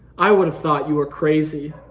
i would've thought you were crazy.